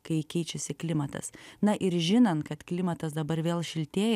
kai keičiasi klimatas na ir žinant kad klimatas dabar vėl šiltėja